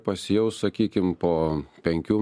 pasijaus sakykim po penkių